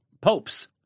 Popes